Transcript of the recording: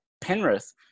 Penrith